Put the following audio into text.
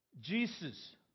Jesus